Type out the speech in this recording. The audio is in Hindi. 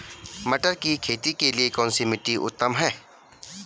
मटर की खेती के लिए कौन सी मिट्टी उत्तम है?